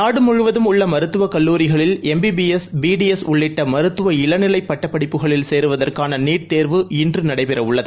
நாடுமுழுவதும் உள்ள மருத்துவக் கல்லூரிகளில் எம்பிபிஎஸ் பிடிஎஸ் உள்ளிட்ட மருத்துவ இளநிலை பட்டப் படிப்புகளில் சேருவதற்கான நீட் தேர்வு இன்று நடைபெறவுள்ளது